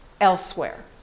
elsewhere